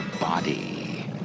body